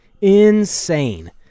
Insane